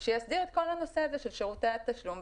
שיסדיר את כל הנושא הזה של שירותי התשלום,